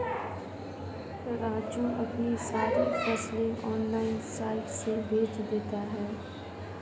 राजू अपनी सारी फसलें ऑनलाइन साइट से बेंच देता हैं